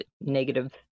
negative